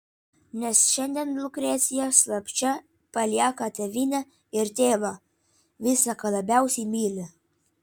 nes šiandien lukrecija slapčia palieka tėvynę ir tėvą visa ką labiausiai myli